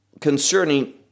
concerning